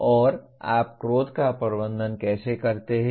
और आप क्रोध का प्रबंधन कैसे करते हैं